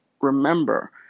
Remember